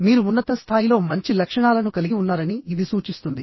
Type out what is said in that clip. మీరు ఉన్నత స్థాయిలో మంచి లక్షణాలను కలిగి ఉన్నారని ఇది సూచిస్తుంది